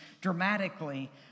dramatically